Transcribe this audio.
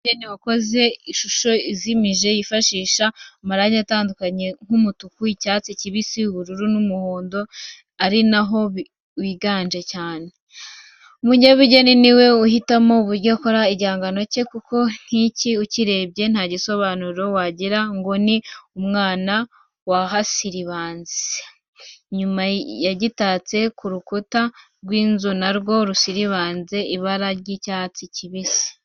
Umunyabugeni wakoze ishusho izimije yifashishije amarangi atandukanye nk’umutuku, icyatsi kibisi, ubururu n’umuhondo ari na wo wiganje cyane. Umunyabugeni ni we uhitamo uburyo akora igihangano cye, kuko nk’iki ukirebye ntakigusobanurire wagira ngo ni umwana wahasiribanze. Nyuma yagitatse ku rukuta rw’inzu na rwo rusize ibara ry’icyatsi kibisi.